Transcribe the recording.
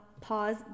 pause